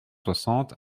soixante